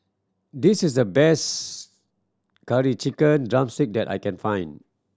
this is the best Curry Chicken drumstick that I can find